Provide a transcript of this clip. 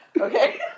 Okay